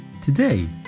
Today